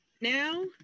Now